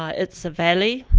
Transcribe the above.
ah it's a valley,